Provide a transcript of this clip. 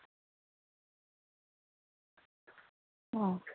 हां